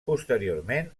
posteriorment